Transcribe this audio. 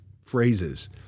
phrases